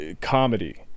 comedy